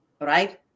right